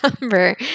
number